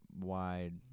wide